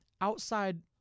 outside